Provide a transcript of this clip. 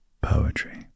poetry